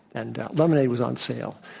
and lemonade was on sale.